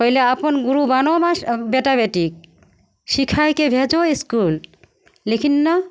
पहिले अपन गुरु बनऽ ने बेटा बेटी सिखैके भेजहो इसकुल लेकिन नहि